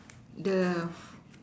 the